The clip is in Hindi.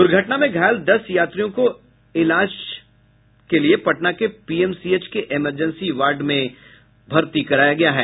दूर्घटना में घायल दस यात्रियों का इलाज पटना के पीएमसीएच के इमरजेंसी वार्ड में चल रहा है